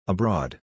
Abroad